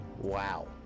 Wow